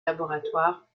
laboratoires